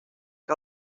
que